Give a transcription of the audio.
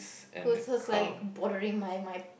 who's who's like bothering my my